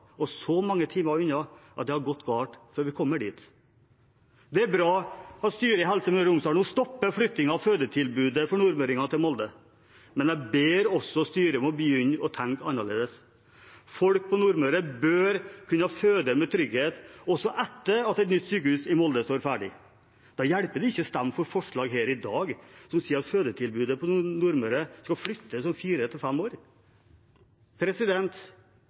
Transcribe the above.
ligger så langt unna og så mange timer unna at det har gått galt før vi kommer dit. Det er bra at styret i Helse Møre og Romsdal nå stopper flyttingen av fødetilbudet for nordmøringer til Molde, men jeg ber også styret om å begynne å tenke annerledes. Folk på Nordmøre bør kunne føde med trygghet også etter at et nytt sykehus i Molde står ferdig. Da hjelper det ikke å stemme for forslag her i dag, som sier at fødetilbudet på Nordmøre skal flyttes om fire–fem år. Det er mye som